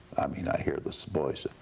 i mean i hear this voice.